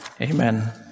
Amen